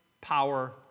power